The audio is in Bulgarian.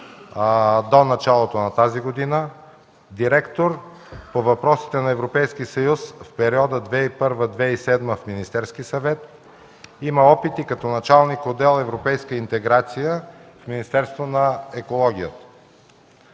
до началото на тази година; директор по въпросите на Европейския съюз в периода 2001 2007 г. в Министерския съвет; има опит и като началник-отдел „Европейска интеграция” в Министерството на екологията.